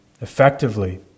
effectively